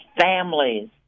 families